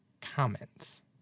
comments